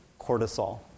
cortisol